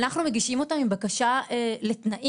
אנחנו מגישים אותם עם בקשה לתנאים.